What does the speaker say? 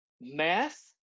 math